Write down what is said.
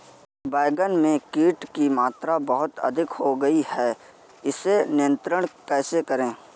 बैगन में कीट की मात्रा बहुत अधिक हो गई है इसे नियंत्रण कैसे करें?